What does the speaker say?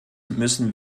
müssen